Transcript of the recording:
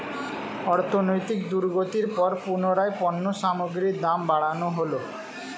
অর্থনৈতিক দুর্গতির পর পুনরায় পণ্য সামগ্রীর দাম বাড়ানো হলো